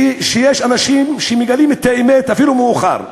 שיש אנשים שמגלים את האמת, אפילו אם מאוחר.